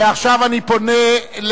ועכשיו אני פונה אל